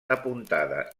apuntada